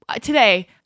today